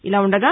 ఇలా ఉండగా